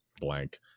blank